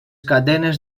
cadenes